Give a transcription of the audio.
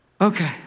Okay